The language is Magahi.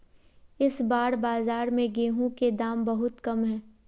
इस बार बाजार में गेंहू के दाम बहुत कम है?